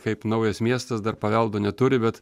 kaip naujas miestas dar paveldo neturi bet